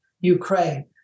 Ukraine